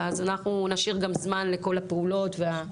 ואז אנחנו נשאיר גם זמן לכל הפעולות והכל.